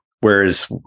whereas